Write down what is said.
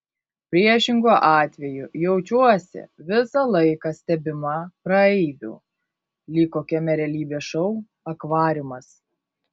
priešingu atveju jaučiuosi visą laiką stebima praeivių lyg kokiame realybės šou akvariumas